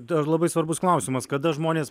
dar labai svarbus klausimas kada žmonės